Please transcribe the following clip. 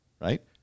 right